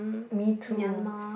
me too